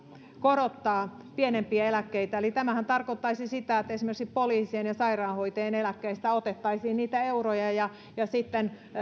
korottaa pienimpiä eläkkeitä eli tämähän tarkoittaisi sitä että esimerkiksi poliisien ja sairaanhoitajien eläkkeistä otettaisiin niitä euroja ja ja